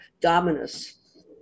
Dominus